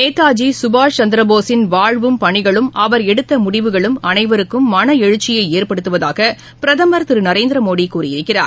நேதாஜிசுபாஷ்சந்திரபோஸின் வாழ்வும் பணிகளும் அவர் எடுத்தமுடிவுகளும் அனைவருக்கும் மனஎழுச்சியைஏற்படுத்துவதாகபிரதமர் திருநரேந்திரமோடிகூறயிருக்கிறார்